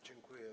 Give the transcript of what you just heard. Dziękuję.